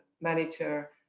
manager